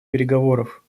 переговоров